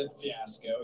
fiasco